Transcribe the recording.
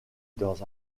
dans